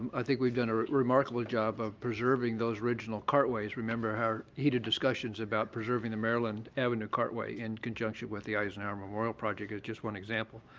i think we've done a remarkable job of preserving those original cartways. remember our heated discussions about preserving the maryland avenue cartway in conjunction with the eisenhower memorial project as just one example.